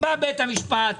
בא בית המשפט,